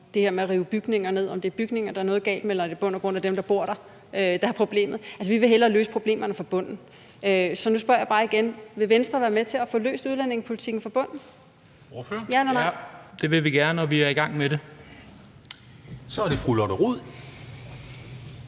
det her med at rive bygninger ned. Er det bygningerne, der er noget galt med, eller er det i bund og grund dem, der bor der, der er problemet? Altså, vi vil hellere løse problemerne fra bunden. Så nu spørger jeg bare igen: Vil Venstre være med til at få løst udlændingepolitikken fra bunden – ja eller nej? Kl. 19:28 Formanden (Henrik